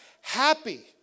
happy